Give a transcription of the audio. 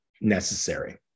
necessary